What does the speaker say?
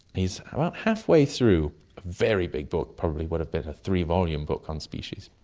he's about halfway through a very big book, probably would have been a three-volume book on species,